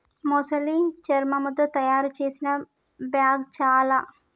మొసలి శర్మముతో తాయారు చేసిన బ్యాగ్ చాల